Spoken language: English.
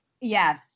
Yes